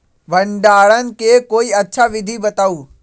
भंडारण के कोई अच्छा विधि बताउ?